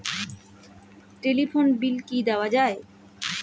Telephone bill কি দেওয়া যায়?